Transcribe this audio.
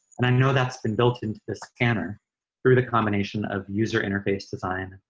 and i know that's been built into the scanner through the combination of user interface design,